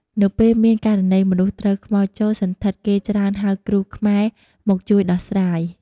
នៅពេលមានករណីមនុស្សត្រូវខ្មោចចូលសណ្ឋិតគេច្រើនហៅគ្រូខ្មែរមកជួយដោះស្រាយ។